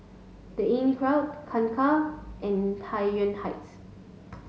the Inncrowd Kangkar and Tai Yuan Heights